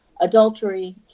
adultery